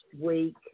week